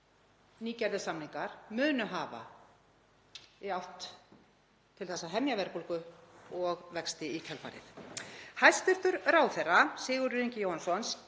nýgerðir samningar munu hafa í átt til þess að hemja verðbólgu og vexti í kjölfarið. Hæstv. ráðherra Sigurður Ingi Jóhannsson